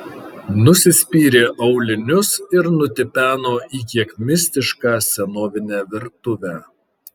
nusispyrė aulinius ir nutipeno į kiek mistišką senovinę virtuvę